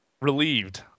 Relieved